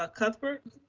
ah cuthbert.